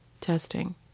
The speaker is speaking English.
Testing